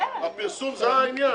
הפרסום זה העניין?